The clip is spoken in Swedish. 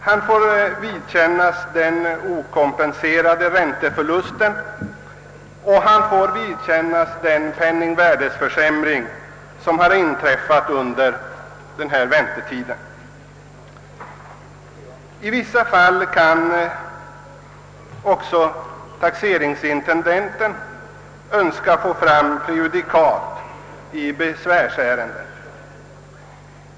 Han får vidkännas den okompenserade ränteförlusten och även den penningvärdeförsämring som har inträffat under väntetiden. I vissa fall kan också taxeringsintendenten önska få prejudikat i besvärsärendet.